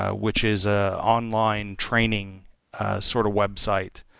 ah which is a online training sort of website.